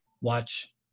watch